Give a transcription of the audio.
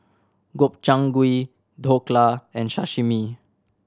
Gobchang Gui Dhokla and Sashimi